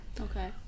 okay